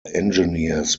engineers